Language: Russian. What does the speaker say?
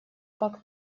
как